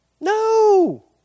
No